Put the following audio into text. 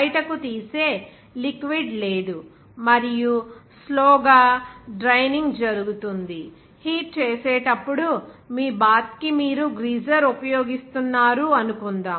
బయటకు తీసే లిక్విడ్ లేదు మరియు స్లో గా డ్రయినింగ్ జరుగుతుంది హీట్ చేసేటప్పుడు మీ బాత్ కి మీరు గ్రీజర్ ఉపయోగిస్తున్నారు అనుకుందాం